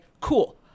cool